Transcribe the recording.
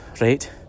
right